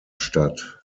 statt